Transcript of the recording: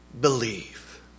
Believe